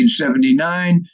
1979